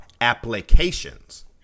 applications